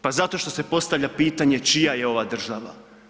Pa zato što se postavlja pitanje čija je ova država.